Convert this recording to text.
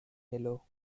halo